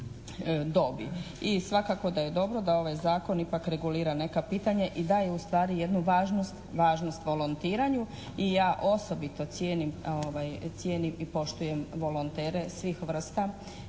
I svakako da je dobro da ovaj Zakon ipak regulira neka pitanja i daje ustvari jednu važnost, važnost volontiranju i ja osobito cijenim i poštujem volontere svih vrsta